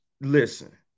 listen